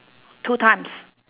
two times